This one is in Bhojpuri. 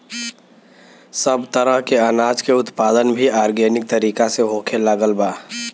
सब तरह के अनाज के उत्पादन भी आर्गेनिक तरीका से होखे लागल बा